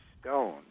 stone